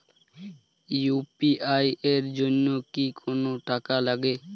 UPI এর জন্য কি কোনো টাকা লাগে?